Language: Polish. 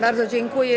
Bardzo dziękuję.